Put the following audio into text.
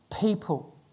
people